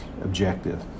objective